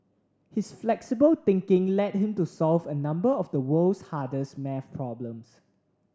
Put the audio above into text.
his flexible thinking led him to solve a number of the world's hardest maths problems